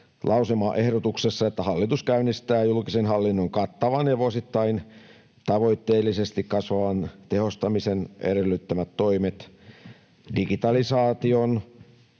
lausumaehdotuksessa, että hallitus käynnistää julkisen hallinnon kattavan ja vuosittain tavoitteellisesti kasvavan tehostamisen edellyttämät toimet digitalisaation,